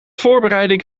voorbereiding